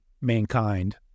mankind